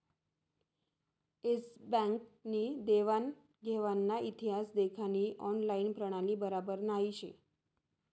S bank नी देवान घेवानना इतिहास देखानी ऑनलाईन प्रणाली बराबर नही शे